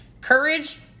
Courage